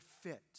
fit